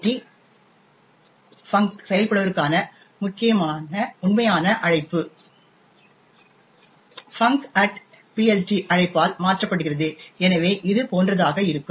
func செயல்படுவதற்கான உண்மையான அழைப்பு funcPLT அழைப்பால் மாற்றப்படுகிறது எனவே இது போன்றதாக இருக்கும்